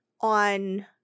on